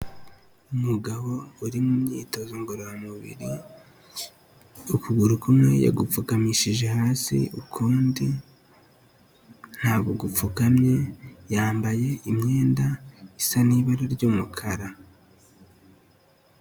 Umugabo uri mu myitozo ngororamubiri, ukuguru kumwe yagupfukamishije hasi, ukundi ntabwo gupfukamye, yambaye imyenda isa n'ibara ry'umukara.